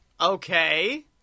Okay